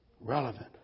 Relevant